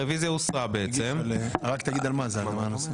רק פוליטי,